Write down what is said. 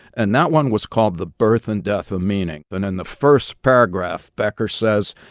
and that one was called the birth and death of meaning. and in the first paragraph, becker says,